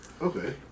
Okay